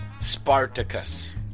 Spartacus